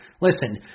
Listen